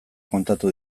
kontatu